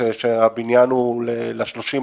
הבניין הוא ל-30,